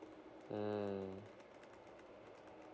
mm